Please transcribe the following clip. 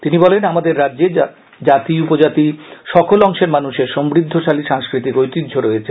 তিনি বলেন আমাদের রাজ্যে জাতি উপজাতি সকল অংশের মানুষের সমৃদ্ধিশালী সাংস্কৃতিক ঐতিহ্য রয়েছে